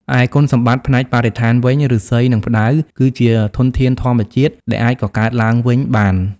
ឯគុណសម្បត្តិផ្នែកបរិស្ថានវិញ ឫស្សី និងផ្តៅគឺជា ធនធានធម្មជាតិ ដែលអាចកកើតឡើងវិញបាន។